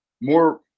more